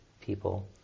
people